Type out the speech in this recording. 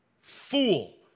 fool